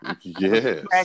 Yes